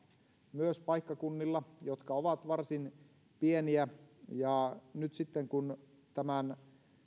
myös paikkakunnilla jotka ovat varsin pieniä ja nyt sitten kun tämän